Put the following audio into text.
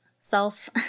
self